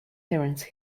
terence